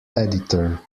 editor